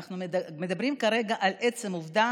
אנחנו מדברים כרגע על עצם העובדה,